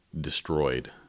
destroyed